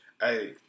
Hey